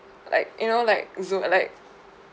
like you know like zone like